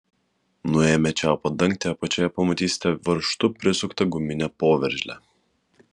nuėmę čiaupo dangtį apačioje pamatysite varžtu prisuktą guminę poveržlę